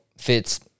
fits